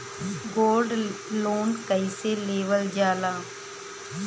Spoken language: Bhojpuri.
गोल्ड लोन कईसे लेवल जा ला?